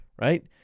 right